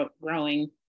growing